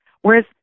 Whereas